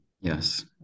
Yes